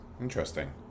Interesting